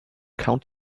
count